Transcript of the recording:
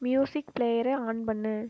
music ப்ளேயரை on பண்ணு